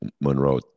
Monroe